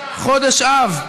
חודש אב.